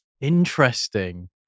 Interesting